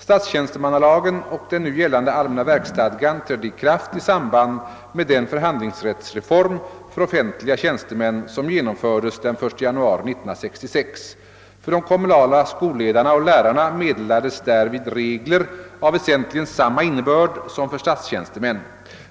Statstjänstemannalagen och den nu gällande allmänna verksstadgan trädde i kraft i samband med den förhandlingsrättsreform för offentliga tjänstemän, som genomfördes den 1 januari 1966. För de kommunala skolledarna och lärarna meddelades därvid regler av väsentligen samma innebörd som för statstjänstemän.